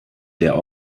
der